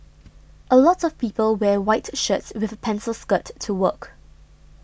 a lot of people wear white shirts with a pencil skirt to work